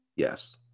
Yes